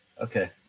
okay